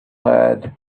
had